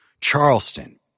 Charleston